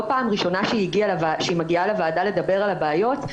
פעם ראשונה שהיא מגיעה לוועדה לדבר על הבעיות.